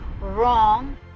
wrong